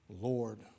Lord